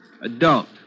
Adult